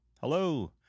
Hello